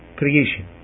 creation